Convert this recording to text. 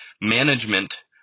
management